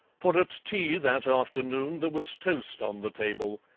for at tea that afternoon there was toast on the table,